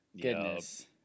goodness